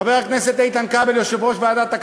חבר הכנסת מגל, אני, אני,